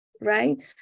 right